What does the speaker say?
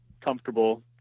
comfortable